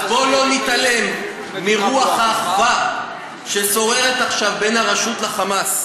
אז בואו לא נתעלם מרוח האחווה ששוררת עכשיו בין הרשות לחמאס.